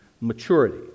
maturity